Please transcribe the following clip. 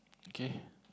okay